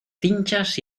cinchas